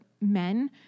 men